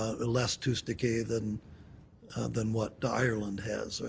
ah less tooth decay than than what ireland has.